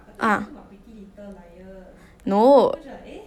ah no